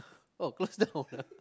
oh close down